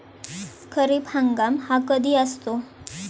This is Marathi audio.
खरीप हंगाम हा कधी असतो?